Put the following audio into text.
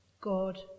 God